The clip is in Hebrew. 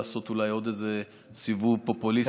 לעשות אולי עוד איזה סיבוב פופוליסטי פוליטי,